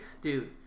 dude